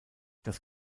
das